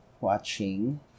watching